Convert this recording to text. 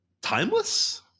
timeless